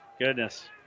Goodness